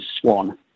Swan